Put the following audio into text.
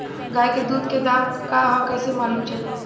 गाय के दूध के दाम का ह कइसे मालूम चली?